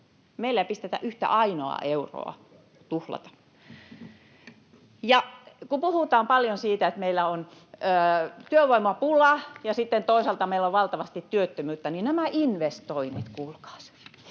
Meillä ei yhtä ainoaa euroa tuhlata. Kun puhutaan paljon siitä, että meillä on työvoimapula ja sitten toisaalta meillä on valtavasti työttömyyttä, niin nämä investoinnit, kuulkaas: